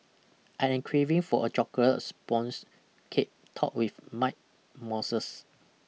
I am craving for a chocolate sponge cake topped with mite mosses